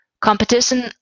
Competition